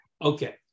Okay